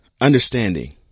understanding